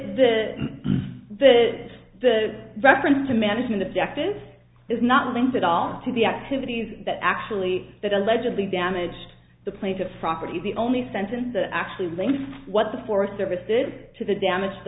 that that the reference to management objectives is not things at all to the activities that actually that allegedly damaged the plaintiff property the only sentence that actually links what the forest service did to the damage t